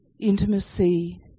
intimacy